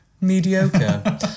mediocre